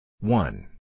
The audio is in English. One